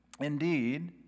Indeed